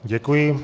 Děkuji.